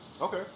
Okay